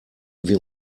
wir